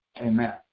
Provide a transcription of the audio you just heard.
Amen